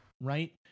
right